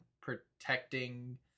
protecting